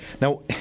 Now